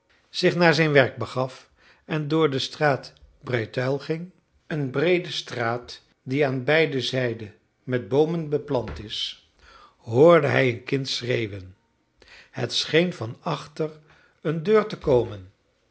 zich naar zijn werk begaf en door de straat breteuil ging een breede straat die aan beide zijden met boomen beplant is hoorde hij een kind schreeuwen het scheen van achter een deur te komen